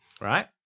right